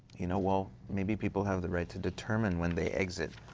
you know well, maybe people have the right to determine when they exit.